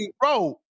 bro